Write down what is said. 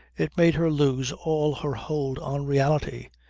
it made her lose all her hold on reality.